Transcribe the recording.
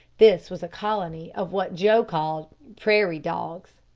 this was a colony of what joe called prairie-dogs.